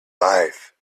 life